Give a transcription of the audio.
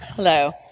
Hello